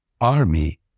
army